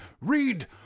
Read